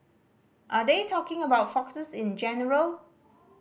are they talking about foxes in general